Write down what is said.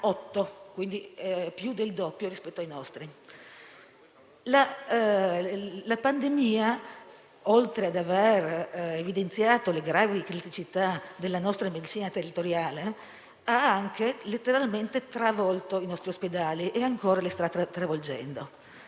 La pandemia, oltre ad aver evidenziato le gravi criticità della nostra medicina territoriale, ha anche letteralmente travolto - e sta continuando a farlo